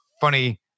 funny